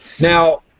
now